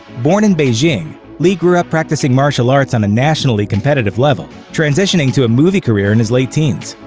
born in beijing, li grew up practicing martial arts on a nationally competitive level, transitioning to a movie career in his late teens.